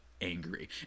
Angry